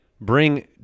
bring